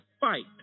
fight